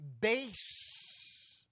base